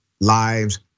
lives